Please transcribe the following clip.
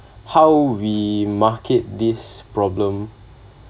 how we market this problem